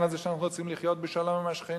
הזה שאנחנו רוצים לחיות בשלום עם השכנים,